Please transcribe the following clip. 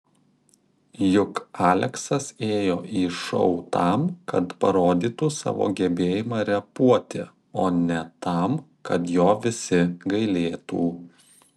juk aleksas ėjo į šou tam kad parodytų savo gebėjimą repuoti o ne tam kad jo visi gailėtų